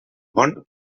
món